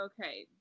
Okay